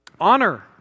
Honor